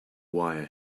wire